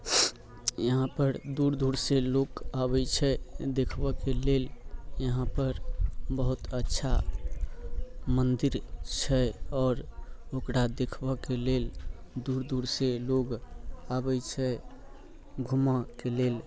यहाँपर दूर दूरसँ लोक आबै छै देखबऽके लेल यहाँपर बहुत अच्छा मन्दिर छै आओर ओकरा देखबऽके लेल दूर दूरसँ लोग आबै छै घूमऽके लेल